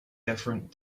different